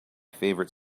favorite